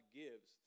gives